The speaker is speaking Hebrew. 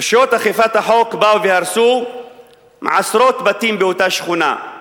רשויות אכיפת החוק באו והרסו עשרות בתים באותה שכונה.